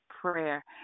prayer